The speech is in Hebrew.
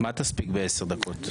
מה תספיק בעשר דקות?